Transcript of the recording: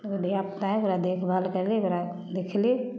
ओकरा टाइम पर देखभाल करली ओकरा देखली